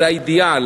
שזה האידיאל,